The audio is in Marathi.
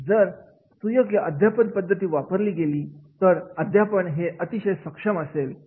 जर सुयोग्य अध्यापन पद्धती वापरली गेली तर अध्यापन हे अतिशय सक्षम असेल